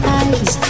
eyes